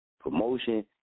promotion